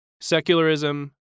Secularism